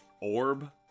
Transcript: orb